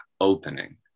opening